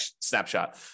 snapshot